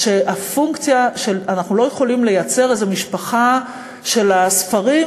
אנחנו לא יכולים לייצר איזה משפחה של הספרים,